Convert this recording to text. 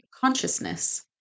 consciousness